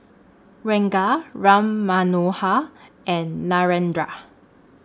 Ranga Ram Manohar and Narendra